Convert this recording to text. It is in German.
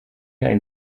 einen